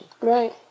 right